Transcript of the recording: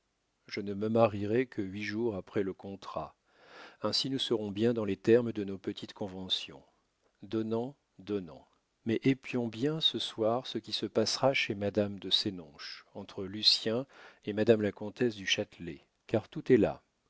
je ne me marierai que huit jours après le contrat ainsi nous serons bien dans les termes de nos petites conventions donnant donnant mais épions bien ce soir ce qui se passera chez madame de sénonches entre lucien et madame la comtesse du châtelet car tout est là